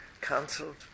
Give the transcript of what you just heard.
cancelled